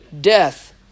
death